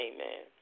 Amen